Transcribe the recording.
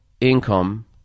income